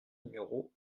numéro